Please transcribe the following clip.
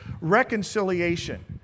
reconciliation